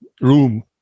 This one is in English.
room